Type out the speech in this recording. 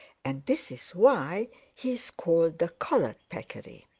and this is why he is called the collared peccary.